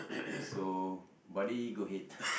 so buddy go ahead